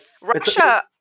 Russia